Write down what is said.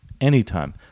anytime